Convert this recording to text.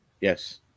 Yes